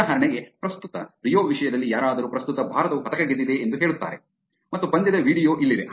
ಉದಾಹರಣೆಗೆ ಪ್ರಸ್ತುತ ರಿಯೊ ವಿಷಯದಲ್ಲಿ ಯಾರಾದರೂ ಪ್ರಸ್ತುತ ಭಾರತವು ಪದಕ ಗೆದ್ದಿದೆ ಎಂದು ಹೇಳುತ್ತಾರೆ ಮತ್ತು ಪಂದ್ಯದ ವೀಡಿಯೊ ಇಲ್ಲಿದೆ